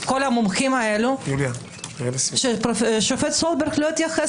כל המומחים האלה שהשופט סולברג לא התייחס